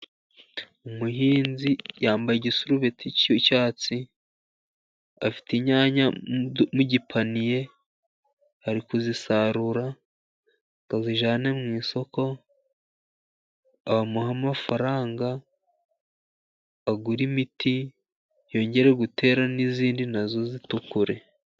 Umuhinzi yambaye igisurubeti cy'icyatsi, afite inyanya n'gipaniye, ari kuzisarura ngo azijyane mu isoko bamuhe amafaranga agurare imiti, yongere gutera n'izindi nazo zitukure.